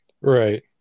Right